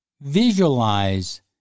Visualize